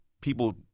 people